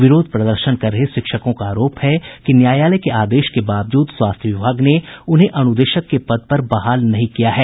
विरोध प्रदर्शन कर रहे शिक्षकों का आरोप है कि न्यायालय के आदेश के बावजूद स्वास्थ्य विभाग ने उन्हें अनुदेशक के पद पर बहाल नहीं किया जा रहा है